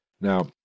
Now